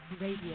Radio